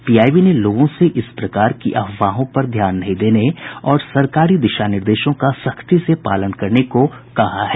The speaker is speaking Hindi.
पीआईबी ने लोगों से इस प्रकार की अफवाहों पर ध्यान नहीं देने और सरकारी दिशा निर्देशों का सख्ती से पालन करने को कहा है